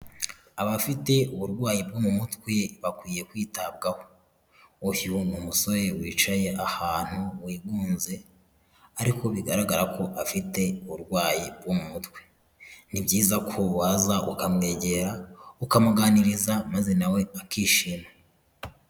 Abafite uburwayi bwo mu mutwe bakwiye kwitabwaho, uyu ni umusore wicaye ahantu wigunze ariko bigaragara ko afite uburwayi bwo mu mutwe, ni byiza ko waza ukamwegera ukamuganiriza maze na we akishima.